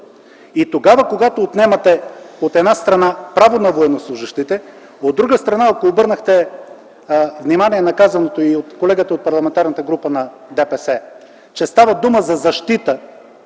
и тогава когато отнемате от една страна право на военнослужещите, а от друга страна, ако обърнахте внимание на казаното и от колегата от Парламентарната група на ДПС, че става дума за защита,